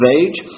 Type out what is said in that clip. age